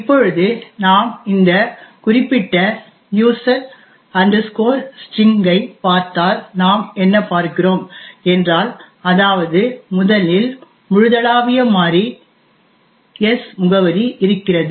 இப்பொழுது நாம் இந்த குறிப்பிட்ட யூசர் ஸ்டிரிங் ஐ User String பார்த்தால் நாம் என்ன பார்க்கிறோம் என்றால் அதாவது முதலில் முழுதளாவிய மாறி s முகவரி இருக்கிறது